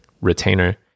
retainer